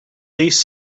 least